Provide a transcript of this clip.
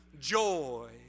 joy